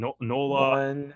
NOLA